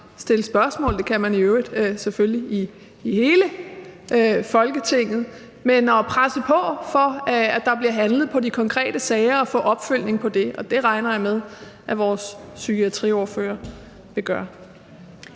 stille spørgsmål – det kan i øvrigt selvfølgelig hele Folketinget – og presse på, for at der bliver handlet på de konkrete sager, og få opfølgning på det. Og det regner jeg med at vores psykiatriordfører vil gøre.